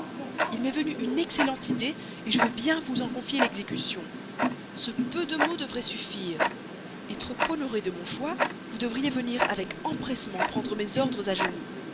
il m'est venu une excellente idée et je veux bien vous en confier l'exécution ce peu de mots devrait suffire trop honoré de mon choix vous devriez venir avec empressement prendre mes ordres à genoux